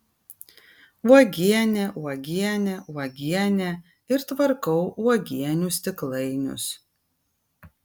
uogienė uogienė uogienė ir tvarkau uogienių stiklainius